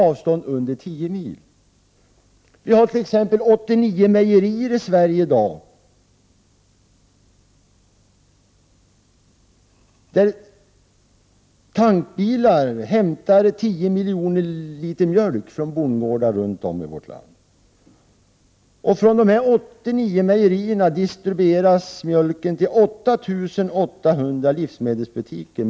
I dag finns det t.ex. 89 mejerier i Sverige. Tankbilar hämtar 10 miljoner liter mjölk på bondgårdar runt om i vårt land. Från dessa 89 mejerier distribueras mjölken med lastbil till 8 800 livsmedelsbutiker.